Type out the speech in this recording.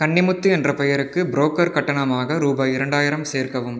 கன்னிமுத்து என்ற பெயருக்கு புரோக்கர் கட்டணமாக ருபாய் இரண்டாயிரம் சேர்க்கவும்